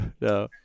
No